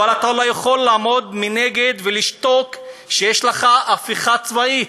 אבל אתה לא יכול לעמוד מנגד ולשתוק כשיש לך הפיכה צבאית.